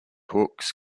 hooks